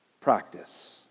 practice